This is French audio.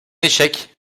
échec